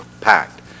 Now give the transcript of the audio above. packed